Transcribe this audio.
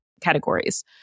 categories